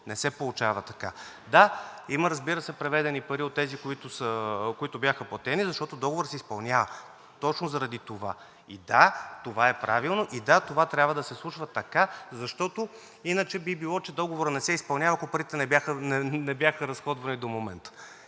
не се получава така. Да, има, разбира се, преведени пари от тези, които бяха платени, защото Договорът се изпълнява – точно заради това. И да, това е правилно, и да, това трябва да се случва така, защото иначе би било, че Договорът не се изпълнява, ако парите не бяха разходвани до момента.